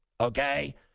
okay